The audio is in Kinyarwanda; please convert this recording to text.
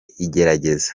igerageza